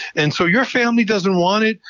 and so your family doesn't want it,